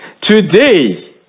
today